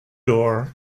door